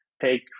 take